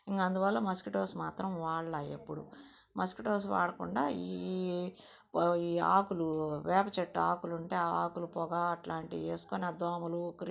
ఇంక అందువల్ల మాస్కిటోస్ మాత్రం వాడల ఎప్పుడూ మాస్కిటోస్ వాడకుండా ఈ ఈ ఆకులు వేపచెట్టు ఆకులు ఉంటే ఆ ఆకులు పొగ అట్లాటివి వేసుకుని ఆ దోమలు క్రి